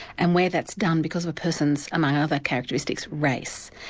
and where that's done because of a person's, among other characteristics, race.